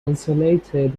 insulated